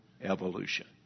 Evolution